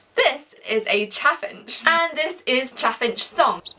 this is a chaffinch, and this is chaffinch song.